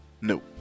no